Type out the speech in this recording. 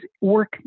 work